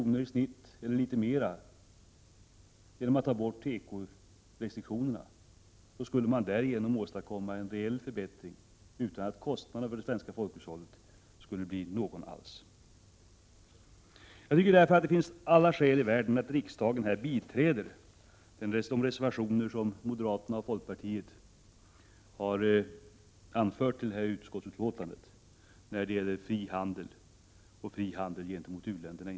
eller litet mera skattefritt genom att ta bort dessa tekorestriktioner. Därigenom skulle man åstadkomma en rejäl förbättring utan någon som helst kostnad för det svenska folkhushållet. Det finns därför alla skäl för riksdagen att biträda de reservationer som moderaterna och folkpartiet har fogat till detta utskottsbetänkande när det gäller frihandel, inte minst frihandel gentemot u-länderna.